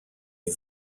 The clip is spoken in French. est